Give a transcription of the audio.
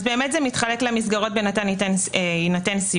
זה מתחלק למסגרות בהינתן סיוע.